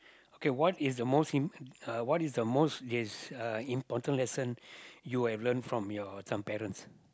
okay what is the most imp~ uh what is the most this important lesson you have learnt from your some parents